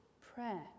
prayer